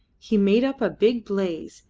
he made up a big blaze,